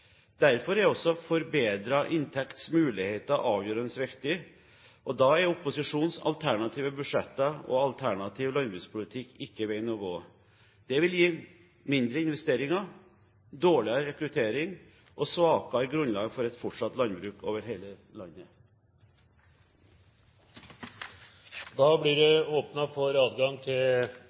Derfor er også forbedrede inntektsmuligheter avgjørende viktig. Og da er opposisjonens alternative budsjetter og alternative landbrukspolitikk ikke veien å gå. Det vil gi mindre investeringer, dårligere rekruttering og svakere grunnlag for et fortsatt landbruk over hele landet. Det blir replikkordskifte. I gårsdagens Nationen står det: «Vinn eller forsvinn for